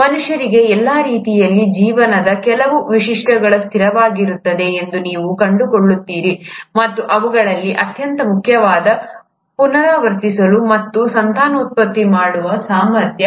ಮನುಷ್ಯರಿಗೆ ಎಲ್ಲಾ ರೀತಿಯಲ್ಲಿ ಜೀವನದ ಕೆಲವು ವೈಶಿಷ್ಟ್ಯಗಳು ಸ್ಥಿರವಾಗಿರುತ್ತವೆ ಎಂದು ನೀವು ಕಂಡುಕೊಳ್ಳುತ್ತೀರಿ ಮತ್ತು ಅವುಗಳಲ್ಲಿ ಅತ್ಯಂತ ಮುಖ್ಯವಾದದ್ದು ಪುನರಾವರ್ತಿಸುವ ಮತ್ತು ಸಂತಾನೋತ್ಪತ್ತಿ ಮಾಡುವ ಸಾಮರ್ಥ್ಯ